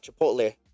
Chipotle